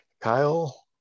Kyle